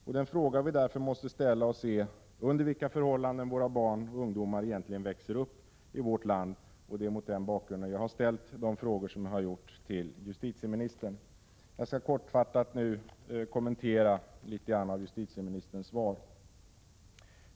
Vi måste därför fråga oss under vilka förhållanden barn och ungdomar egentligen växer uppi vårt land. Det är mot den bakgrunden jag har ställt mina frågor till justitieministern. Jag skall nu kortfattat något kommentera justitieministerns svar.